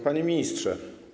Panie Ministrze!